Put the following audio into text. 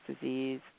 disease